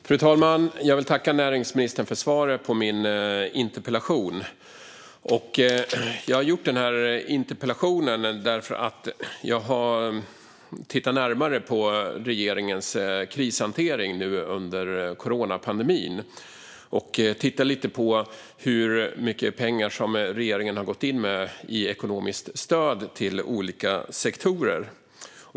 Fru talman! Jag vill tacka näringsministern för svaret på min interpellation. Jag har ställt denna interpellation därför att jag har tittat närmare på regeringens krishantering under coronapandemin. Jag har tittat lite på hur mycket pengar regeringen har gått in med i ekonomiskt stöd till olika sektorer.